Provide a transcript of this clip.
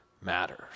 matters